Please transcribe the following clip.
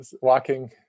walking